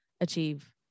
achieve